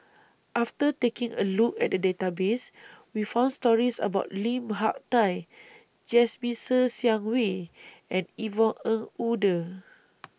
after taking A Look At The Database We found stories about Lim Hak Tai Jasmine Ser Xiang Wei and Yvonne Ng Uhde